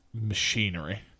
machinery